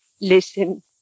Listen